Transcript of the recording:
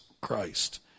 Christ